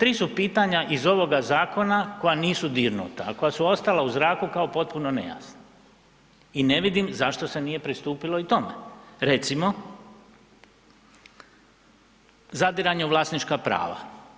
Tri su pitanja iz ovoga zakona koja nisu dirnuta, a koja su ostala u zraku kao potpuno nejasna i ne vidim zašto se nije pristupilo i tome, recimo, zadiranje u vlasnička prava.